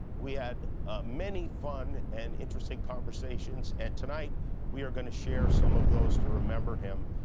we had many fun and interesting conversations. and tonight we are going to share some of those to remember him.